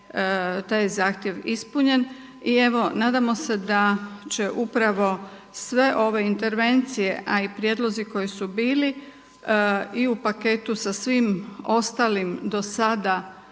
taj je zahtjev ispunjen. Nadamo se da će upravo sve ove intervencije, a i prijedlozi koji su bili i u paketu sa svim ostalim do sada